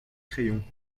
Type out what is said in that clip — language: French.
crayon